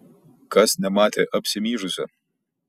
kas nematė apsimyžusio